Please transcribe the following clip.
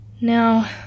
Now